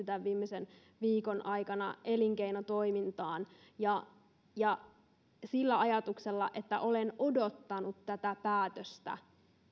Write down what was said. tämän viimeisen viikon aikana elinkeinotoimintaan ja ja sillä ajatuksella että olen odottanut tätä päätöstä